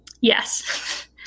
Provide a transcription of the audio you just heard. Yes